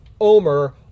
Omer